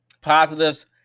positives